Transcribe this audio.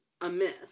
amiss